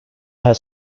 had